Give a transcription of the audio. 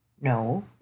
No